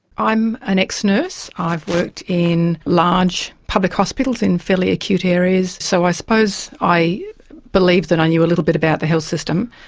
i'm an ex-nurse. i've worked in large public hospitals in fairly acute areas, areas, so i suppose i believe that i knew a little bit about the health system.